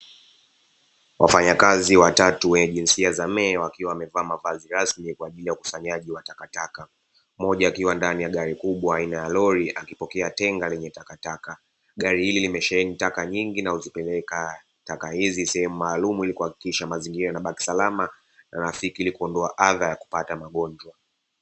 Wafanyakazi watatu wa jinsia za me wakiwa wamevaa mavazi rasmi kwa ajili ya ukusanyaji wa takataka mmoja akiwa ndani ya duka kubwa aina ya roli akipokea tenga la takataka. Gari hili limesheheni taka nyingi na huzipeleka taka hizi sehemu maalumu ili kuhakikisha mazingira yanabaki salama na rafiki ili kuondoa adha ya kupata magonjwa.